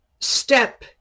step